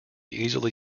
easily